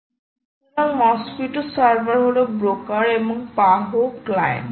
সুতরাং Mosquitto server হল broker এবং পাহো ক্লায়েন্ট